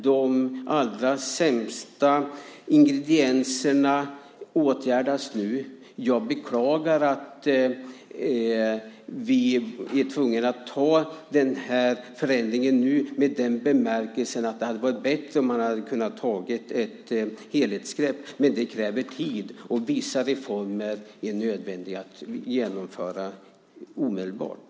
De allra sämsta ingredienserna åtgärdas nu. Jag beklagar att vi är tvungna att göra den här förändringen nu, i den bemärkelsen att det hade varit bättre att ta ett helhetsgrepp. Men det kräver tid, och vissa reformer är det nödvändigt att genomföra omedelbart.